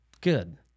good